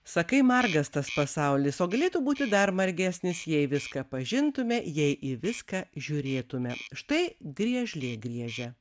sakai margas tas pasaulis o galėtų būti dar margesnis jei viską pažintume jei į viską žiūrėtume štai griežlė griežia